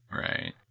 Right